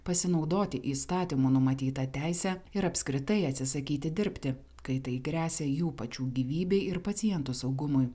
pasinaudoti įstatymo numatyta teise ir apskritai atsisakyti dirbti kai tai gresia jų pačių gyvybei ir pacientų saugumui